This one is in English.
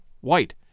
white